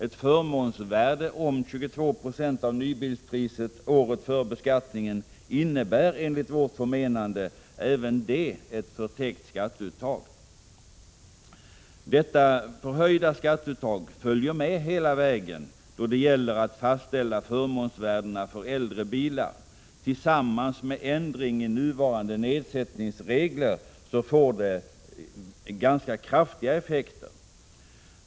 Ett förmånsvärde om 22 96 av nybilspriset året före beskattningen innebär enligt vårt förmenande även det en förtäckt skattehöjning. Detta förhöjda skatteuttag följer med hela vägen då det gäller att fastställa förmånsvärdena för äldre bilar. Tillsammans med ändringen i nuvarande nedsättningsregler får det ganska kraftiga effekter.